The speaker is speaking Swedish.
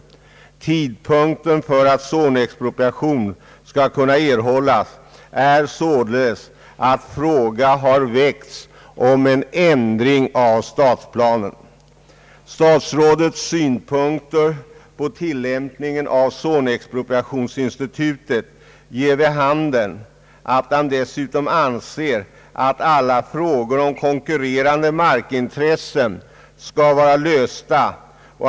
Förutsättningen för att zonexpropriation skall kunna er hållas är således att fråga har väckts om en ändring av stadsplanen. Statsrådets synpunkter på tillämpningen av zonexpropriationsinstitutet ger vid handen att han dessutom anser att alla frågor om konkurrerande markintressen skall vara lösta.